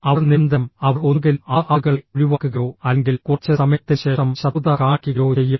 അവർ നിരന്തരം അവർ ഒന്നുകിൽ ആ ആളുകളെ ഒഴിവാക്കുകയോ അല്ലെങ്കിൽ കുറച്ച് സമയത്തിന് ശേഷം ശത്രുത കാണിക്കുകയോ ചെയ്യും